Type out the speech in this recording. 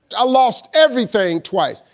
i lost everything twice!